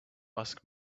ask